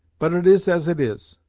but it is as it is.